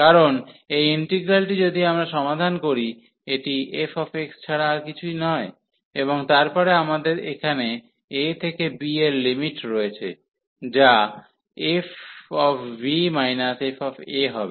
কারণ এই ইন্টিগ্রালটি যদি আমরা সমাধান করি এটি f ছাড়া আর কিছুই নয় এবং তারপরে আমাদের এখানে a থেকে b এর লিমিট রয়েছে যা fb fa হবে